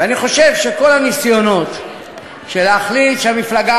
ואני חושב שכל הניסיונות להחליט שהמפלגה